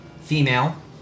Female